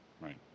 right